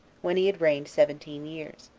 when he had reigned seventeen years.